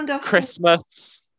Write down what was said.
Christmas